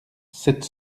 sept